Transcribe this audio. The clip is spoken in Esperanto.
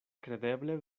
kredeble